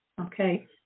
Okay